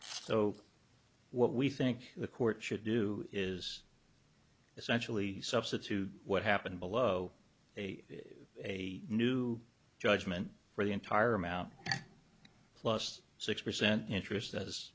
so what we think the court should do is essentially substitute what happened below a a new judgment for the entire amount plus six percent interest as